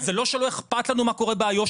זה לא שלא אכפת לנו מה קורה באיו"ש,